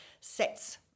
sets